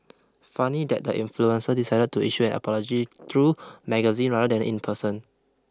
funny that the influencer decided to issue an apology through magazine rather than in person